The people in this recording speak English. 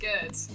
good